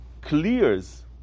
clears